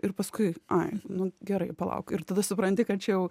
ir paskui ai nu gerai palauk ir tada supranti kad čia jau